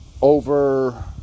over